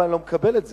אבל אני לא מקבל את זה.